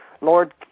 Lord